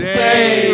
Stay